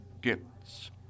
gifts